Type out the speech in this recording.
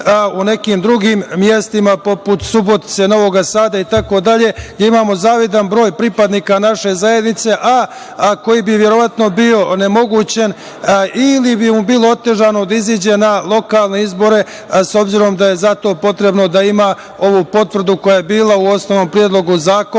u nekim drugim mestima, poput Subotice, Novog Sada itd, gde imamo zavidan broj pripadnika naše zajednice, a koji bi verovatno bio onemogućen ili bi mu bilo otežano da izađe na lokalne izbore, s obzirom da je za to potrebno da ima ovu potvrdu koja je bila u osnovnom predlogu zakona,